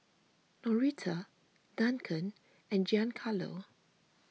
Norita Duncan and Giancarlo